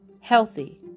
healthy